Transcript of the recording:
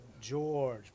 George